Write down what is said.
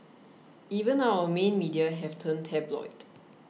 even our main media have turned tabloid